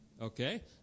Okay